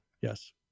yes